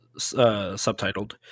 subtitled